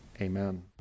amen